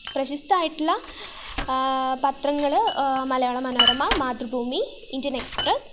പ്രശസ്തമായിട്ടുള്ള പത്രങ്ങൾ Malayala Manorama Mathrubhumi Indian express